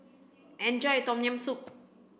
enjoy your Tom Yam Soup